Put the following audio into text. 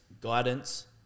guidance